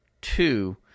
two